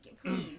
please